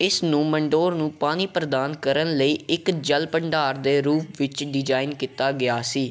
ਇਸ ਨੂੰ ਮੰਡੋਰ ਨੂੰ ਪਾਣੀ ਪ੍ਰਦਾਨ ਕਰਨ ਲਈ ਇੱਕ ਜਲ ਭੰਡਾਰ ਦੇ ਰੂਪ ਵਿੱਚ ਡਿਜ਼ਾਈਨ ਕੀਤਾ ਗਿਆ ਸੀ